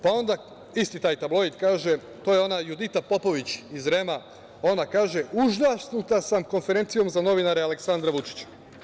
Pa onda, isti taj tabloid kaže, to je ona Judita Popović iz REM-a, ona kaže – užasnuta sam konferencijom za novinare Aleksandra Vučića.